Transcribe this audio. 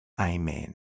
Amen